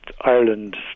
Ireland